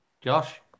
Josh